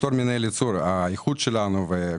התחלתי לפני